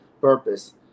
purpose